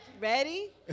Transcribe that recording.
ready